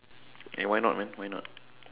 and why not man why not